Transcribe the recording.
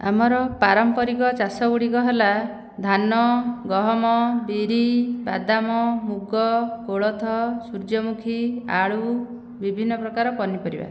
ଆମର ପାରମ୍ପରିକ ଚାଷ ଗୁଡ଼ିକ ହେଲା ଧାନ ଗହମ ବିରି ବାଦାମ ମୁଗ କୋଳଥ ସୂର୍ଯ୍ୟମୁଖୀ ଆଳୁ ବିଭିନ୍ନ ପ୍ରକାର ପନିପରିବା